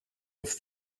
have